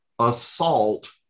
assault